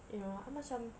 you know I macam